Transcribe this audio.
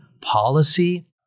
policy